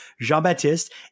Jean-Baptiste